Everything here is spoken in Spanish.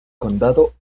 condado